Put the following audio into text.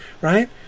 right